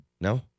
No